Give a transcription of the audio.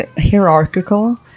Hierarchical